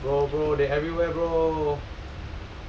bro bro they everywhere bro